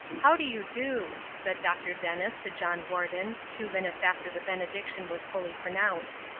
how do you do, said dr. dennis to john warden, two minutes after the benediction was fully pronounced.